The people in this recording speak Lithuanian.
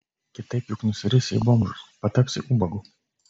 kitaip juk nusirisi į bomžus patapsi ubagu